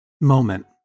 moment